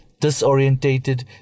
disorientated